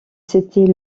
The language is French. s’était